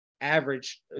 average –